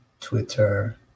twitter